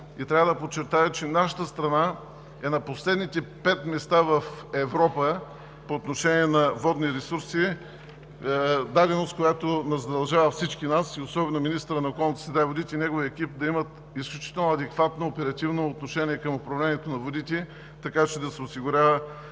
Трябва да подчертая, че нашата страна е на последните пет места в Европа по отношение на водни ресурси – даденост, която ни задължава всички нас и особено министъра на околната среда и водите и неговия екип да имат изключително адекватно оперативно отношение към управлението на водите, така че да се осигурява